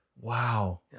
Wow